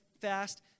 fast